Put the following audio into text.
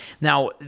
Now